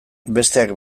besteak